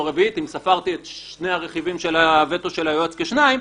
או רביעית אם ספרתי את שני הרכיבים של הווטו של היועץ כשניים,